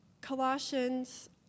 Colossians